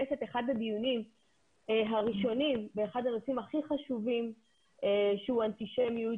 את אחד הדיונים הראשונים באחד הנושאים הכי חשובים שהוא אנטישמיות